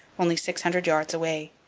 only six hundred yards away.